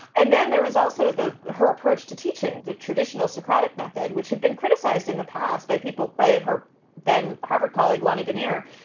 and then there was also the her approach to teaching the traditional socratic method, which had been criticized in the past by people by her then harvard colleague, lani guinier,